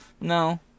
No